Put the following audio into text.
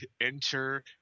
enter